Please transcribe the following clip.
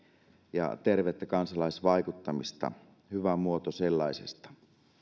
ja tervettä kansalaisvaikuttamista hyvä muoto sellaisesta